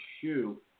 shoe